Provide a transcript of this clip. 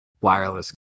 wireless